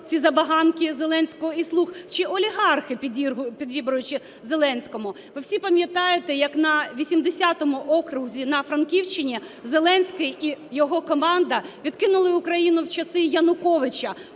ці забаганки Зеленського і "слуг", чи олігархи, підігруючи Зеленському? Ви всі пам'ятаєте, як на 80 окрузі на Франківщині Зеленський і його команда відкинули Україну в часи Януковича,